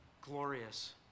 glorious